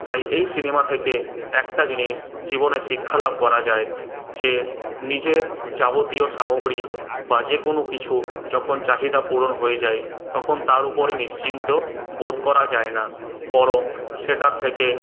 তাই এই সিনেমা থেকে একটা জিনিস জীবনে শিক্ষা লাভ করা যায় যে নিজের যাবতীয় সামগ্রী বা যে কোনো কিছু যখন চাহিদা পূরণ হয়ে যায় তখন তার উপরে নিশ্চিন্ত বোধ করা যায় না বরং সেটার থেকে